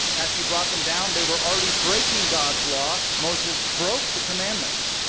as he brought them down they were already breaking god's law. moses broke the commandments,